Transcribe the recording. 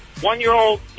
one-year-old